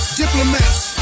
diplomats